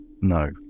No